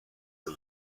the